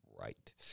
right